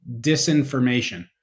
disinformation